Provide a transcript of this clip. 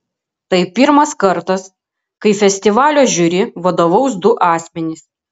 tai pirmas kartas kai festivalio žiuri vadovaus du asmenys